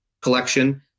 Collection